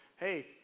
Hey